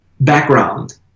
background